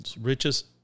richest